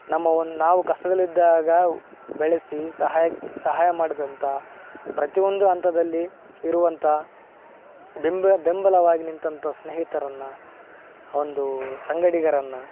ನಮ್ಮ ಒಂದು ನಾವು ಕಷ್ಟದಲ್ಲಿದ್ದಾಗ ಬೆಳೆಸಿ ಸಹಾಯ ಸಹಾಯ ಮಾಡಿದಂಥ ಪ್ರತಿಯೊಂದು ಹಂತದಲ್ಲಿ ಇರುವಂಥ ಬೆಂಬಲ ಬೆಂಬಲವಾಗಿ ನಿಂತಂಥ ಸ್ನೇಹಿತರನ್ನು ಒಂದು ಸಂಗಡಿಗರನ್ನು